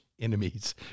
enemies